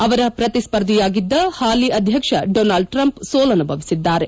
ಅವರ ಪ್ರತಿಸ್ವರ್ಧಿಯಾಗಿದ್ದ ಹಾಲಿ ಅಧ್ಯಕ್ಷ ಡೊನಾಲ್ಡ್ ಟ್ರಂಪ್ ಸೋಲನುಭವಿಸಿದ್ದಾರೆ